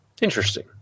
Interesting